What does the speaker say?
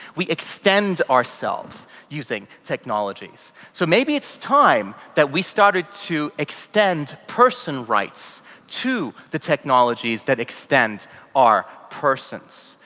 we extend ourselves using technologies. so maybe it's time that we started to extend person rights to the technologies that extend our persons.